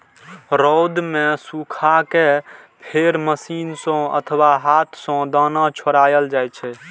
रौद मे सुखा कें फेर मशीन सं अथवा हाथ सं दाना छोड़ायल जाइ छै